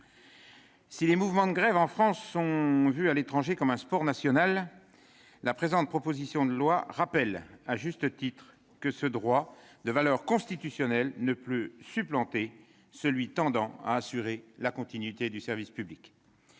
si les mouvements de grève en France sont vus à l'étranger comme un sport national, la présente proposition de loi rappelle, à juste titre, que ce droit de valeur constitutionnelle ne peut supplanter celui qui tend à assurer la continuité du service public.